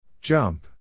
Jump